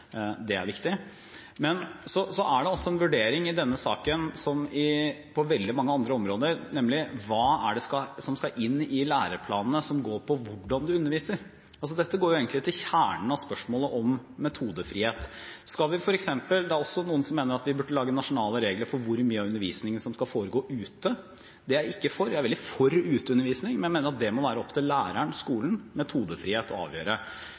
veldig mange andre områder, nemlig om hva det er som skal inn i læreplanene av det som går på hvordan man underviser. Dette går egentlig til kjernen av spørsmålet om metodefrihet. Det er også noen som mener at vi burde lage nasjonale regler for hvor mye av undervisningen som skal foregå ute. Det er jeg ikke for. Jeg er veldig for ute-undervisning, men jeg mener at det må det være opp til læreren og skolen – metodefrihet – å avgjøre.